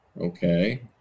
okay